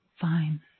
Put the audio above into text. fine